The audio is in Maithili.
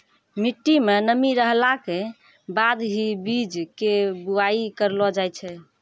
मिट्टी मं नमी रहला के बाद हीं बीज के बुआई करलो जाय छै